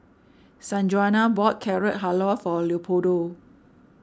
Sanjuana bought Carrot Halwa for Leopoldo